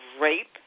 rape